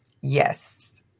Yes